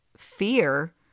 fear